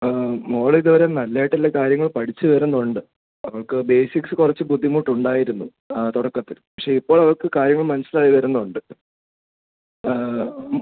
മോളിതുവരെ നല്ലതായിട്ടുള്ള കാര്യങ്ങൾ പഠിച്ചു വരുന്നുണ്ട് അവൾക്ക് ബേസിക്സ് കുറച്ച് ബുദ്ധിമുട്ടുണ്ടായിരുന്നു തുടക്കത്തിൽ പക്ഷെ ഇപ്പോൾ അവൾക്ക് കാര്യങ്ങൾ മനസിലായി വരുന്നുണ്ട്